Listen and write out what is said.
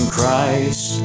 Christ